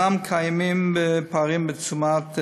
אומנם קיימים פערים בתשומות,